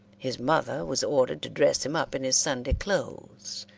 his mother was ordered to dress him up in his sunday clothes,